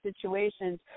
situations